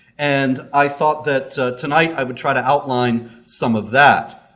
and i thought that tonight i would try to outline some of that.